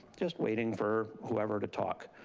just waiting for whoever to talk.